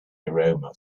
aroma